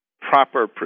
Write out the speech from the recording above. proper